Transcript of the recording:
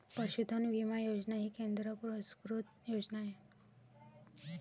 पशुधन विमा योजना ही केंद्र पुरस्कृत योजना आहे